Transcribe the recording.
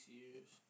years